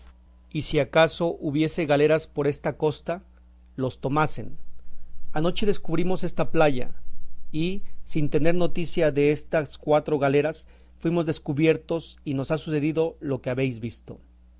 y si acaso hubiese galeras por esta costa los tomasen anoche descubrimos esta playa y sin tener noticia destas cuatro galeras fuimos descubiertos y nos ha sucedido lo que habéis visto